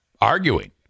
arguing